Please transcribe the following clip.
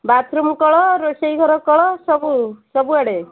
bathroom କଳ ରୋଷେଇ ଘର କଳ ସବୁ ସବୁଆଡ଼େ